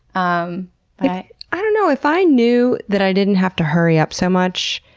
um i i don't know. if i knew that i didn't have to hurry up so much,